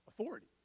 authority